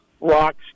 rocks